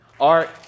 Art